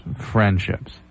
friendships